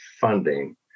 funding